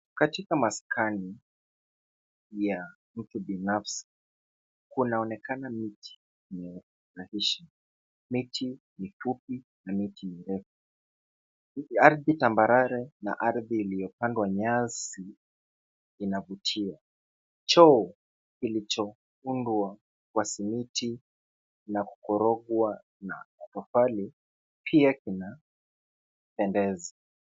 Katika maskani ya mtu binafsi kunaonekana miti ya kufurahisha. Miti mifupi na miti mirefu. Ardhi tambarare na ardhi iliyopandwa nyasi inavutia, choo kilichoundwa kwa simiti na kukorogwa na tofali pia kinapendeza.